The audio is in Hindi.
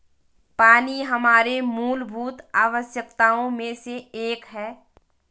पानी हमारे मूलभूत आवश्यकताओं में से एक है